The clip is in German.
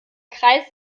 kreis